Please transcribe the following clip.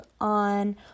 on